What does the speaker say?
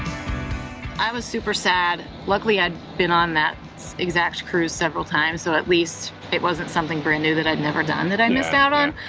i was super sad. luckily, i'd been on that exact cruise several times. so at least, it wasn't something brand new that i've never done that i missed out on.